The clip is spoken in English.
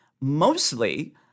Mostly